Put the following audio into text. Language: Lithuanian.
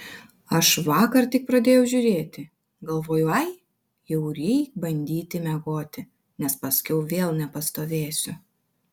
aš vakar tik pradėjau žiūrėti galvoju ai jau reik bandyti miegoti nes paskiau vėl nepastovėsiu